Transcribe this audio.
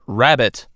rabbit